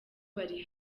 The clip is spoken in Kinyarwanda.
bari